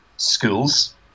schools